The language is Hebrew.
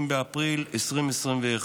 30 באפריל 2021,